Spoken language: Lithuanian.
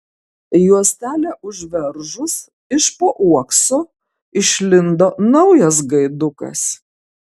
juostelę užveržus iš po uokso išlindo naujas gaidukas